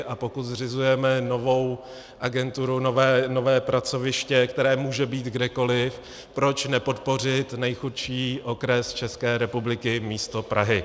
A pokud zřizujeme novou agenturu, nové pracoviště, které může být kdekoliv, proč nepodpořit nejchudší okres České republiky místo Prahy?